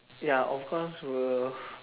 ya of course will